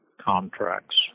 contracts